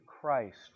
Christ